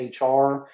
HR